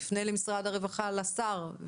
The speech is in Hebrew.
נפנה למשרד הרוחה, לשר.